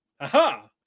aha